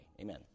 Amen